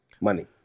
Money